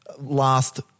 last